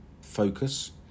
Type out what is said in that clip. focus